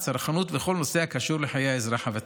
צרכנות וכל נושא הקשור לחיי האזרח הוותיק.